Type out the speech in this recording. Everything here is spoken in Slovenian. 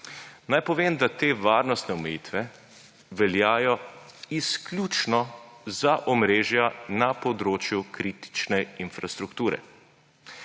Naj povem, da te varnostne omejitve veljajo izključno za omrežja na področju kritične infrastrukture.